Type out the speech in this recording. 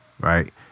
right